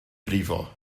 brifo